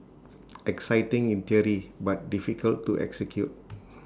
exciting in theory but difficult to execute